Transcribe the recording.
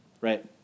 right